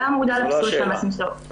לא היה מודע לפסול של המעשים שלו,